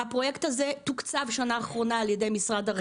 הפרויקט הזה תוקצב שנה אחרונה על ידי משרד הרווחה.